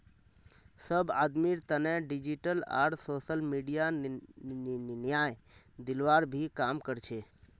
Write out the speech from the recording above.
सब आदमीर तने डिजिटल आर सोसल मीडिया न्याय दिलवार भी काम कर छे